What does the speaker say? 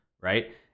right